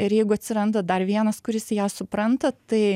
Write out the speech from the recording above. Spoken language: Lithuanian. ir jeigu atsiranda dar vienas kuris ją supranta tai